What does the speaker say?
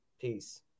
peace